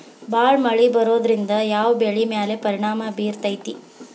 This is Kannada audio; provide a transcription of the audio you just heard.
ಭಾಳ ಮಳಿ ಬರೋದ್ರಿಂದ ಯಾವ್ ಬೆಳಿ ಮ್ಯಾಲ್ ಪರಿಣಾಮ ಬಿರತೇತಿ?